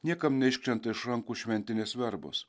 niekam neiškrenta iš rankų šventinės verbos